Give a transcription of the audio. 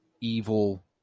evil